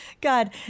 God